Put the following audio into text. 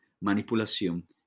manipulación